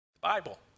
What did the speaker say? Bible